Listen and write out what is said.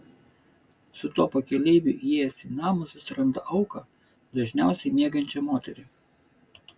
su tuo pakeleiviu įėjęs į namą susiranda auką dažniausiai miegančią moterį